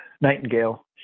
Nightingale